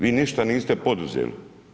Vi ništa niste poduzeli.